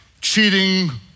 cheating